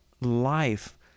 life